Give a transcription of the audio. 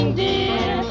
dear